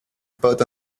spot